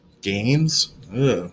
Games